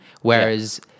Whereas